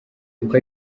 uko